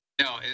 no